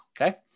okay